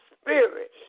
spirit